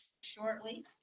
shortly